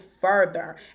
further